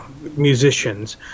musicians